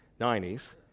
90s